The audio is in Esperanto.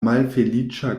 malfeliĉa